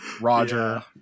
Roger